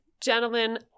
gentlemen